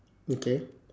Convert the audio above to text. okay